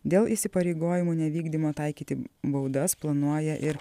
dėl įsipareigojimų nevykdymo taikyti baudas planuoja ir